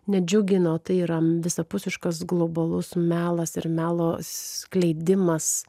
nedžiugino tai yra visapusiškas globalus melas ir melo skleidimas